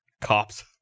Cops